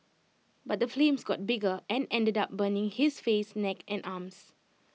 but the flames got bigger and ended up burning his face neck and arms